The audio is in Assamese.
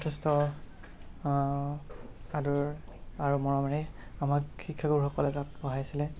যথেষ্ট আদৰ আৰু মৰমেৰে আমাক শিক্ষাগুৰুসকলে তাত পঢ়াইছিলে